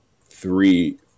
three